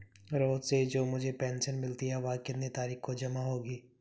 रोज़ से जो मुझे पेंशन मिलती है वह कितनी तारीख को जमा होगी?